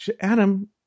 Adam